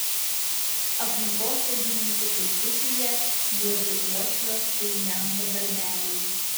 aplinkosaugininkų taikiklyje juodi uošvio ir žento darbeliai